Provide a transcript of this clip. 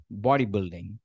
bodybuilding